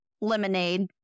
lemonade